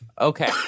Okay